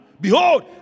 Behold